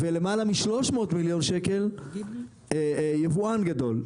ולמעלה מ-300 מיליון שקלים יבואן גדול.